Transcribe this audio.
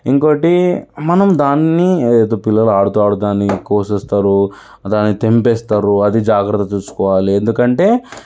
ఇంకోకటి మనం దాన్ని ఏదైతే పిల్లలు ఆడుతూ ఆడుతూ దాన్ని కోసేస్తారో దాన్ని తెంపేస్తారో అది జాగ్రత్తగా చూసుకోవాలి ఎందుకంటే